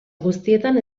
guztietan